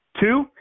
Two